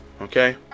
Okay